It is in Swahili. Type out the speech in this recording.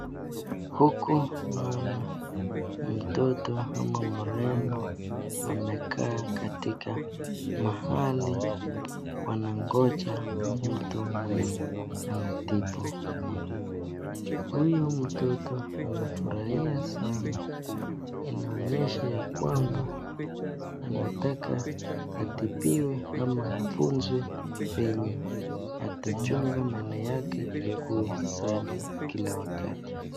Huku naona mtoto ama mrembo amekaa katika mahali wanangoja mtu mwenye anatibu, huyu mtoto anafurahia sana inaonyesha ya kwamba anataka atibiwe ama afunzwe venye atachunga meno yake ikuwe safi kila wakati.